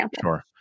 Sure